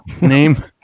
name